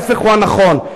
ההיפך הוא הנכון.